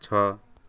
छ